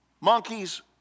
monkeys